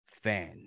fan